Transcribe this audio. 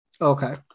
Okay